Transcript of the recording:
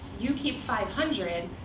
you keep five hundred